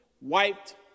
wiped